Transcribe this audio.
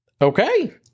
Okay